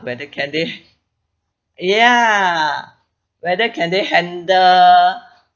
whether can they ya whether can they handle